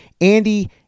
Andy